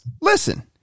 listen